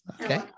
Okay